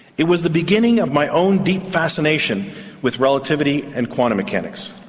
it was the beginning of my own deep fascination with relativity and quantum mechanics.